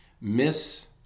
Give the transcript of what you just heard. Miss